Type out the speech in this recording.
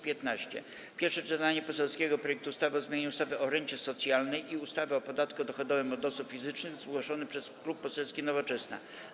Pierwsze czytanie poselskiego projektu ustawy o zmianie ustawy o rencie socjalnej i ustawy o podatku dochodowym od osób fizycznych - zgłoszony przez Klub Poselski Nowoczesna,